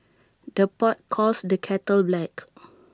the pot calls the kettle black